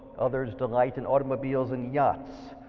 others delight in automobiles and yachts.